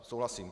Souhlasím.